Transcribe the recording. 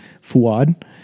Fuad